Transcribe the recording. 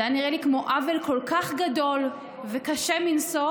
זה היה נראה לי כמו עוול כל כך גדול וקשה מנשוא